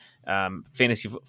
Fantasy